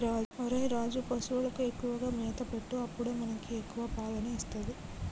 ఒరేయ్ రాజు, పశువులకు ఎక్కువగా మేత పెట్టు అప్పుడే మనకి ఎక్కువ పాలని ఇస్తది